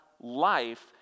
life